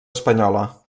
espanyola